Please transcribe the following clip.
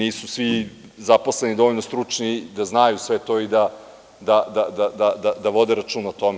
Nisu svi zaposleni dovoljno stručni da znaju sve to i da vode računa o tome.